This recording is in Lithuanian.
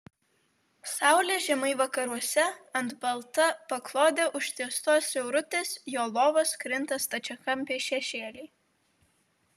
saulė žemai vakaruose ant balta paklode užtiestos siaurutės jo lovos krinta stačiakampiai šešėliai